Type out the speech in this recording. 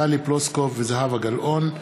טלי פלוסקוב וזהבה גלאון,